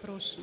прошу.